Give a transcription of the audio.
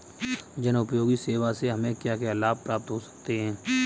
जनोपयोगी सेवा से हमें क्या क्या लाभ प्राप्त हो सकते हैं?